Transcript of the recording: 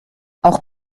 auch